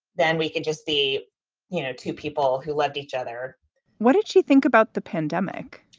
then we could just be you know two people who loved each other what did she think about the pandemic?